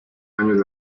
años